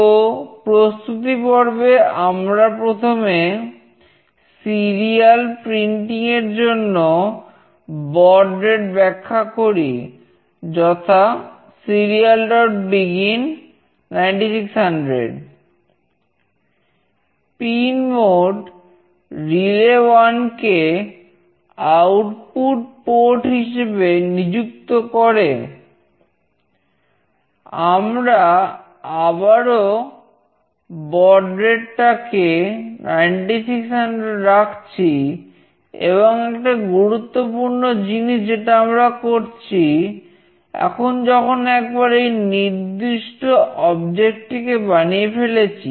তো প্রস্তুতিপর্বে আমরা প্রথমে সিরিয়াল টিকে বানিয়ে ফেলেছি